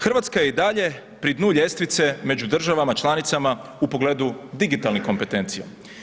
Hrvatska je i dalje pri dnu ljestvice, među državama članica u pogledu digitalnih kompetencija.